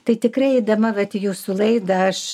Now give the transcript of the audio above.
tai tikrai eidama vat į jūsų laidą aš